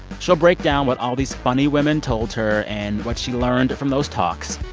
she'll break down what all these funny women told her and what she learned from those talks.